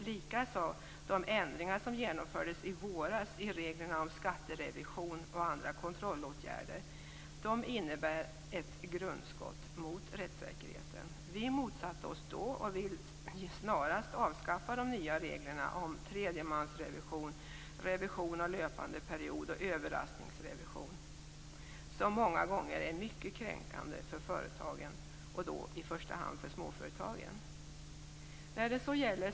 Likaså innebär de ändringar i reglerna om skatterevision och andra kontrollåtgärder som infördes i våras ett grundskott mot rättssäkerheten. Vi i Folkpartiet motsatte oss detta då, och vi vill snarast avskaffa de nya reglerna om tredjemansrevision, revision av löpande period och överraskningsrevision som många gånger är mycket kränkande för företagen - och då i första hand för småföretagen.